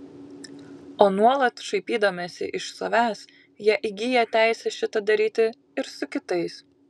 o nuolat šaipydamiesi iš savęs jie įgyja teisę šitą daryti ir su kitais